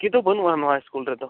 ᱫᱚ ᱵᱟᱹᱱᱩᱜ ᱼᱟ ᱱᱚᱣᱟ ᱤᱥᱠᱩᱞ ᱨᱮᱫᱚ